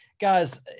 guys